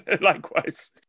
Likewise